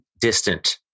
distant